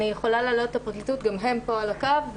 אני יכולה להעלות את הפרקליטות, גם הם פה על הקו.